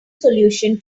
solution